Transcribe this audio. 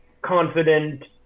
confident